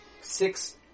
six